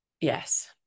Yes